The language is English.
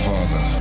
Father